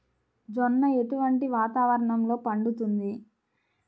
జొన్న ఎటువంటి వాతావరణంలో పండుతుంది?